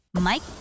Mike